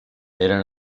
eren